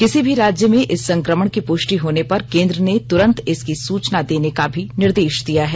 किसी भी राज्य में इस संकमण की पृष्टि होने पर केंद्र ने तुरंत इसकी सुचना देने का भी निर्देश दिया है